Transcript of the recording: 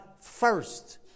first